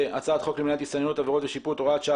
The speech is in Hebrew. הצעת חוק למניעת הסתננות (עבירות ושיפוט) (הוראת שעה),